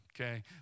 okay